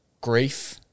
grief